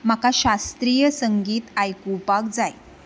म्हाका शास्त्रीय संगीत आयकुपाक जाय